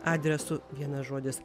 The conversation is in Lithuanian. adresu vienas žodis